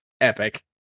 Epic